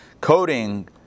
coding